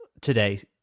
today